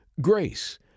Grace